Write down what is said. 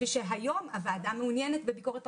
ושהיום הוועדה מעוניינת בביקורת פרלמנטרית.